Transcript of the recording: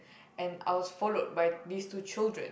and I was followed by this two children